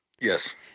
yes